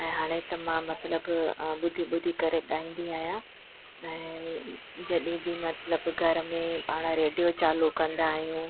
ऐं हाणे त मां मतिलबु ॿुधी ॿुधी करे ॻाईंदी आहियां ऐं जॾहिं बि मतिलबु घर में पाण रेडियो चालू कंदा आहियूं